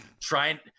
trying